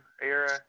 era